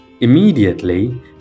Immediately